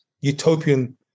utopian